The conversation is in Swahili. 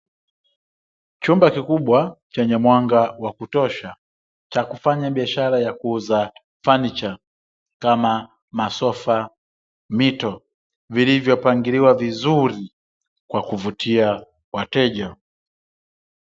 Chumba kikubwa chenye mwanga wa kutosha cha kufanya biashara ya kuuza fanicha kama masofa, mito vilivyopangiliwa vizuri kwa kuvutia wateja.